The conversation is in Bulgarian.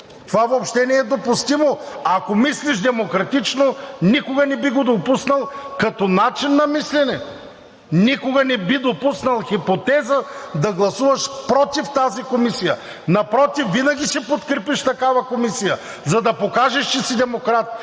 Това въобще не е допустимо! Ако мислиш демократично, никога не би го допуснал като начин на мислене, никога не би допуснал хипотеза да гласуваш „против“ тази комисия. Напротив, винаги ще подкрепиш такава комисия, за да покажеш, че си демократ,